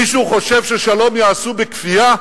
מישהו חושב ששלום יעשו בכפייה?